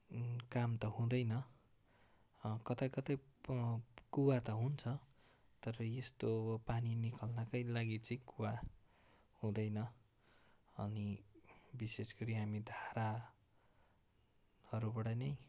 काम त हुँदैन कतै कतै कुवा त हुन्छ तर यस्तो पानी निकाल्नैका लागि चाहिँ कुवा हुँदैन अनि विशेष गरी हामी धाराहरूबाट नै